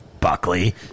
Buckley